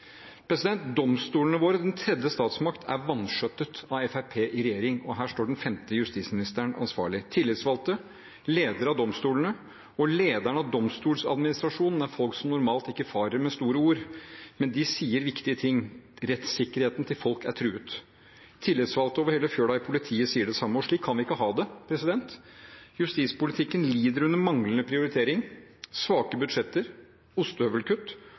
Domstolene våre, den tredje statsmakt, er vanskjøttet av Fremskrittspartiet i regjering, og her står den femte justisministeren ansvarlig. Tillitsvalgte, ledere av domstolene og lederen av Domstoladministrasjonen er folk som normalt ikke farer med store ord, men de sier viktige ting. Rettssikkerheten til folk er truet. Tillitsvalgte over hele fjøla i politiet sier det samme, og slik kan vi ikke ha det. Justispolitikken lider under manglende prioritering, svake budsjetter, ostehøvelkutt